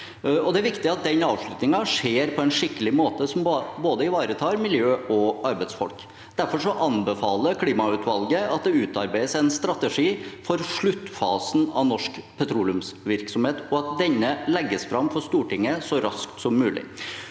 Det er viktig at den avslutningen skjer på en skikkelig måte, som ivaretar både miljøet og arbeidsfolk. Derfor anbefaler klimautvalget at det utarbeides en strategi for sluttfasen av norsk petroleumsvirksomhet, og at denne legges fram for Stortinget så raskt som mulig.